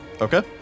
Okay